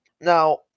Now